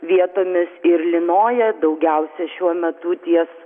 vietomis ir lynoja daugiausiai šiuo metu ties